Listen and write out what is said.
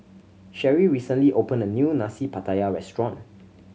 Cheri recently opened a new Nasi Pattaya restaurant